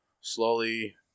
slowly